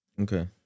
Okay